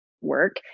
work